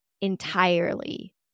entirely